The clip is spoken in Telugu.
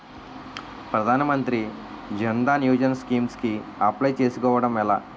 ప్రధాన మంత్రి జన్ ధన్ యోజన స్కీమ్స్ కి అప్లయ్ చేసుకోవడం ఎలా?